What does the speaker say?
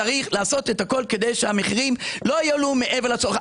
צריך לעשות את הכול כדי שהמחירים לא יעלו מעבר לצורך.